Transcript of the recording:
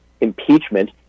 impeachment